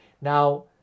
Now